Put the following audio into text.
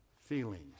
Feelings